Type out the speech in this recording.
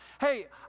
Hey